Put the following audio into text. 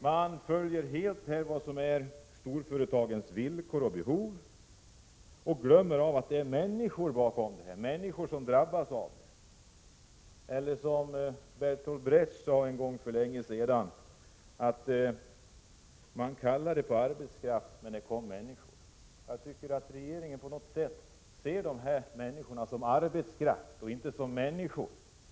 Man följer helt storföretagens villkor och behov och glömmer därmed bort att det finns människor bakom — människor som drabbas av det här. Bertolt Brecht sade en gång för länge sedan: Man kallade på arbetskraft, men det kom människor. Jag tycker att regeringen på något 113 sätt ser de människor som drabbas av detta som arbetskraft och inte som människor.